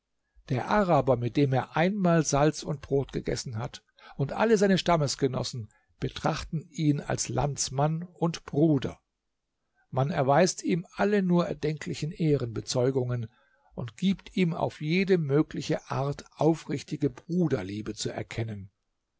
der araber mit dem er einmal salz und brot gegessen hat und alle seine stammesgenossen betrachten ihn als landsmann und bruder man erweist ihm alle nur erdenklichen ehrenbezeugungen und gibt ihm auf jede mögliche art aufrichtige bruderliebe zu erkennen